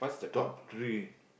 top three